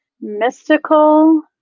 mystical